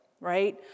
right